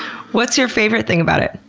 what's your favorite thing about it?